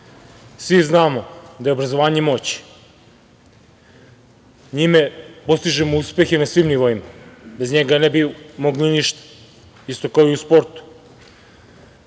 svi znamo da je obrazovanje moć. Njime postižemo uspehe na svim nivoima, bez njega ne bi mogli ništa. Isto kao i u sportu